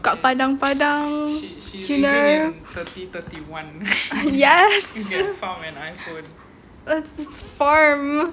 kat padang padang killer yes oh it's farm